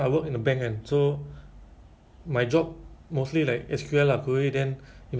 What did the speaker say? okay so you just like if let's say there's a what you call that